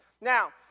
Now